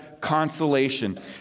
consolation